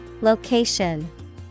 Location